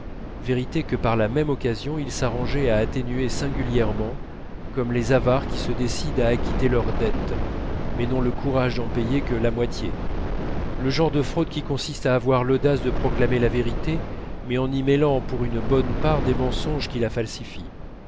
vérité que par la même occasion il s'arrangeait à atténuer singulièrement comme les avares qui se décident à acquitter leurs dettes mais n'ont le courage d'en payer que la moitié ce genre de fraudes qui consiste à avoir l'audace de proclamer la vérité mais en y mêlant pour une bonne part des mensonges qui la falsifient